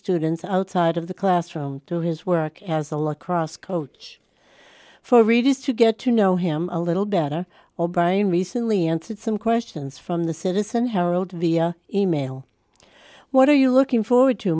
students outside of the classroom to his work as a lot cross coach for readers to get to know him a little better o'brien recently answered some questions from the citizen herald via email what are you looking forward to